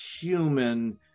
human